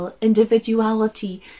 individuality